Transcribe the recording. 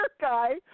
guy